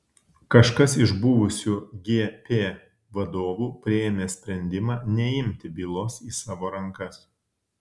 kažkas iš buvusių gp vadovų priėmė sprendimą neimti bylos į savo rankas